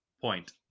point